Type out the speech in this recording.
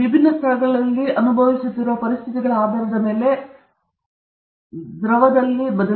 ಅದರ ಪಥದಲ್ಲಿ ವಿಭಿನ್ನ ಸ್ಥಳಗಳಲ್ಲಿ ಅನುಭವಿಸುತ್ತಿರುವ ಪರಿಸ್ಥಿತಿಗಳ ಆಧಾರದ ಮೇಲೆ ದ್ರವದ ಬದಲಾವಣೆಯ ಸ್ನಿಗ್ಧತೆ ಇರಬಹುದು ಆದ್ದರಿಂದ ನೀವು ಅದನ್ನು ಅನುಸರಿಸಬಹುದು